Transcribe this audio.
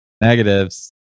Negatives